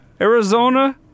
Arizona